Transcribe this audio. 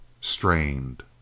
strained